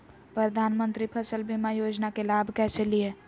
प्रधानमंत्री फसल बीमा योजना के लाभ कैसे लिये?